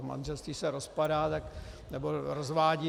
Manželství se rozpadá nebo rozvádí.